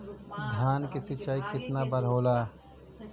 धान क सिंचाई कितना बार होला?